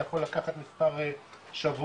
זה יכול לקחת מספר שבועות,